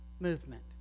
movement